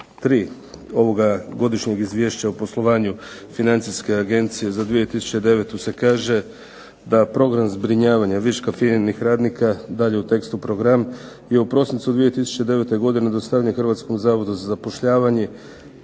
Godišnjeg izvješća o poslovanju Financijske agencije za 2009. se kaže da Program zbrinjavanja viška FINA-inih radnika, dalje u tekstu program, je u prosincu 2009. godine dostavljen Hrvatskom zavodu za zapošljavanje